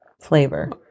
flavor